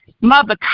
Mother